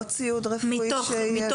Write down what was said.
לא שיהיה ציוד רפואי ולא -- לא,